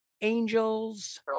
angels